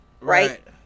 Right